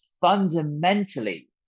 fundamentally